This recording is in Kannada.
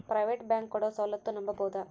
ಪ್ರೈವೇಟ್ ಬ್ಯಾಂಕ್ ಕೊಡೊ ಸೌಲತ್ತು ನಂಬಬೋದ?